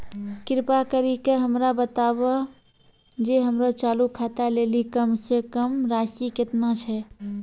कृपा करि के हमरा बताबो जे हमरो चालू खाता लेली कम से कम राशि केतना छै?